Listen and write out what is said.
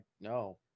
no